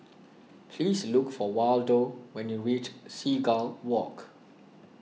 please look for Waldo when you reach Seagull Walk